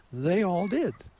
they all did.